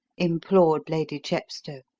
implored lady chepstow.